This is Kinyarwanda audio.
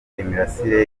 imirasire